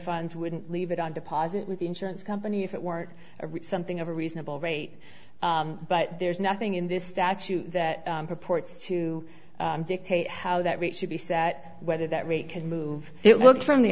funds wouldn't leave it on deposit with the insurance company if it were something of a reasonable rate but there's nothing in this statute that purports to dictate how that rate should be set whether that rate can move it look from the